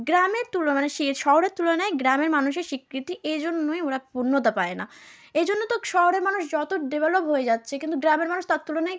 গ্রামের তুলনায় মানে শে শহরের তুলনায় গ্রামের মানুষের স্বীকৃতি এজন্যই ওরা পূর্ণতা পায় না এ জন্যই তো শহরের মানুষ যত ডেভেলপ হয়ে যাচ্ছে কিন্তু গ্রামের মানুষ তার তুলনায়